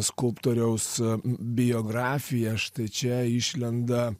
skulptoriaus biografiją štai čia išlenda